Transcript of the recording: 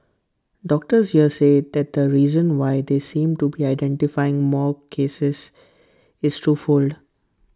doctors here say that the reason why they seem to be identifying more cases is twofold